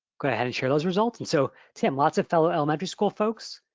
go ahead and share those results. and so tim, lots of fellow elementary school folks.